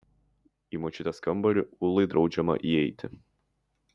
į močiutės kambarį ūlai draudžiama įeiti